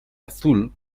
azul